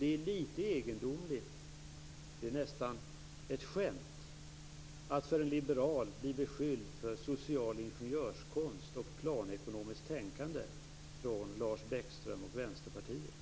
Det är litet egendomligt, nästan ett skämt, att som liberal bli beskylld för social ingenjörskonst och planekonomiskt tänkande av Lars Bäckström och Vänsterpartiet.